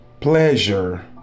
pleasure